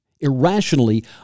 Irrationally